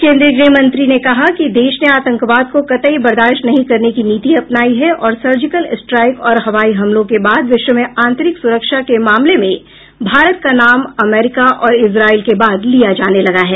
केन्द्रीय गृहमंत्री ने कहा कि देश ने आतंकवाद को कतई बर्दाश्त नहीं करने की नीति अपनाई है और सर्जिकल स्ट्राइक और हवाई हमलों के बाद विश्व में आतंरिक सुरक्षा के मामले में भारत का नाम अमरीका और इस्राइल के बाद लिया जाने लगा है